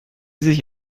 sich